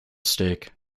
stake